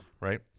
Right